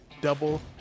double